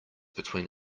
between